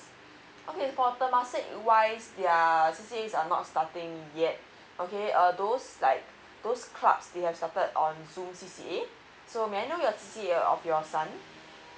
okay for temasik wise their cca's are not starting yet okay uh those like those clubs they have started on zoom cca so may I know your cca of your son